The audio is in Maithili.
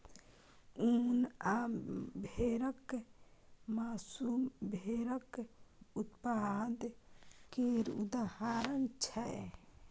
उन आ भेराक मासु भेराक उत्पाद केर उदाहरण छै